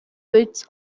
widths